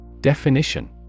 DEFINITION